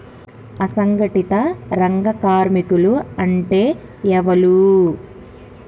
అసంఘటిత రంగ కార్మికులు అంటే ఎవలూ?